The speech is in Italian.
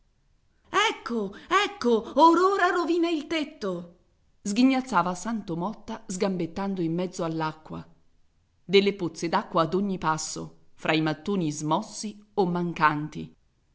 ecco ecco or ora rovina il tetto sghignazzava santo motta sgambettando in mezzo all'acqua delle pozze d'acqua ad ogni passo fra i mattoni smossi o mancanti